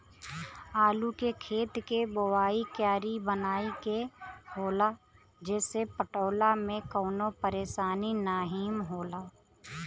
आलू के खेत के बोवाइ क्यारी बनाई के होला जेसे पटवला में कवनो परेशानी नाहीम होला